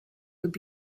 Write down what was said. would